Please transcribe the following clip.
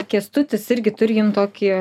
kęstutis irgi turi jum tokį